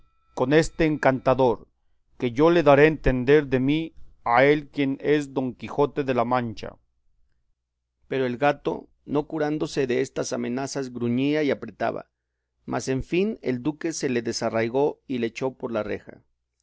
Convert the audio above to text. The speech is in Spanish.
con este encantador que yo le daré a entender de mí a él quién es don quijote de la mancha pero el gato no curándose destas amenazas gruñía y apretaba mas en fin el duque se le desarraigó y le echó por la reja